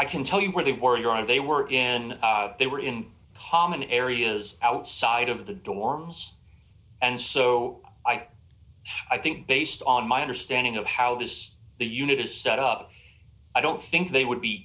i can tell you where they were are they were in they were in common areas outside of the dorms and so i i think based on my understanding of how this the unit is set up i don't think they would be